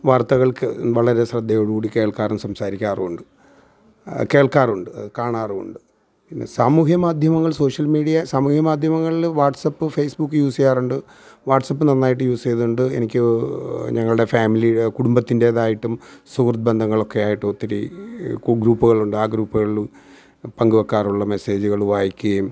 വാർത്തകൾക്ക് വളരെ ശ്രദ്ധയോട് കൂടി കേൾക്കാറും സംസാരിക്കാറുണ്ട് കേൾക്കാറുണ്ട് കാണാറുണ്ട് പിന്നെ സാമൂഹ്യ മാധ്യമങ്ങൾ സോഷ്യൽ മീഡിയ സാമൂഹ്യ മാധ്യമങ്ങളില് WhatsApp Facebook use ചെയ്യാറുണ്ട് വാട്സ് ആപ്പ് നന്നായിട്ട് യൂസ് ചെയ്യുന്നുണ്ട് എനിക്ക് ഞങ്ങളുടെ ഫാമിലിയുടെ കുടുംബത്തിൻ്റേതായിട്ടും സുഹൃത്ത് ബന്ധങ്ങളെക്കെ ആയിട്ടും ഒത്തിരി ഗ്രൂ ഗ്രൂപ്പുകളുണ്ട് ആ ഗ്രൂപ്പുകളില് പങ്ക് വക്കാറുള്ള മെസ്സേജ്കള് വായിക്കയും